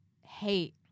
hate